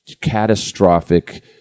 catastrophic